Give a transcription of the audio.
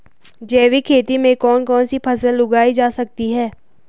जैविक खेती में कौन कौन सी फसल उगाई जा सकती है?